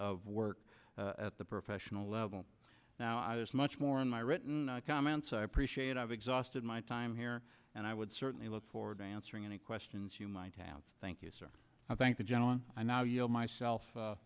of work at the professional level now i there's much more in my written comments i appreciate i've exhausted my time here and i would certainly look forward to answering any questions you might have thank you sir i thank the gentleman i now you know myself